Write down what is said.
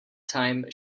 time